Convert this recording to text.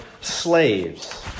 slaves